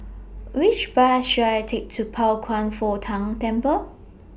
Which Bus should I Take to Pao Kwan Foh Tang Temple